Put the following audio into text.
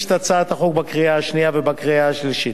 את הצעת החוק לקריאה השנייה ולקריאה השלישית.